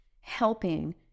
helping